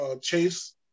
Chase